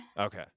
okay